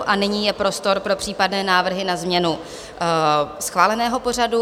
A nyní je prostor pro případné návrhy na změnu schváleného pořadu.